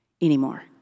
anymore